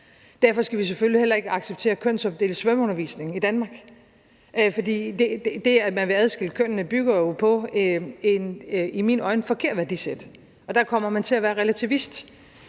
Derfor skal vi selvfølgelig heller ikke acceptere kønsopdelt svømmeundervisning i Danmark, fordi det, at man vil adskille kønnene, jo bygger på et i mine øjne forkert værdisæt, og der kommer man til at være relativist,